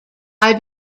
phi